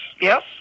Yes